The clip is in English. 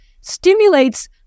stimulates